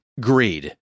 greed